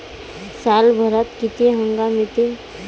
सालभरात किती हंगाम येते?